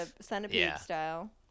centipede-style